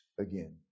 again